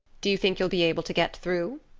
do you think you'll be able to get through?